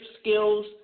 skills